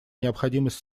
необходимость